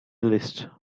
list